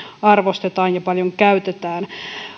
arvostetaan ja paljon käytetään